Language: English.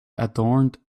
adorned